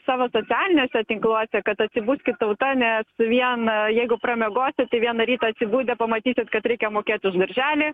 savo socialiniuose tinkluose kad atsibuskit tauta nes viena jeigu pramiegosit tai vieną rytą atsibudę pamatysit kad reikia mokėti už darželį